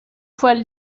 poils